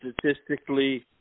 statistically